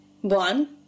one